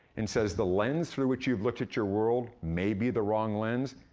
and says, the lens through which you've looked at your world may be the wrong lens,